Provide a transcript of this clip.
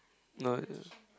no eh